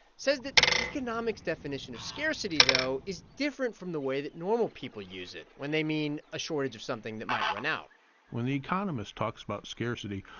says that the economics definition of scarcity, though, is different from the way that normal people use it when they mean a shortage of something that might run out when the economist talks about scarcity,